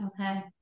Okay